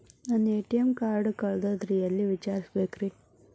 ನನ್ನ ATM card ಕಳದದ್ರಿ ಎಲ್ಲಿ ವಿಚಾರಿಸ್ಬೇಕ್ರಿ?